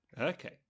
Okay